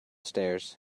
stairs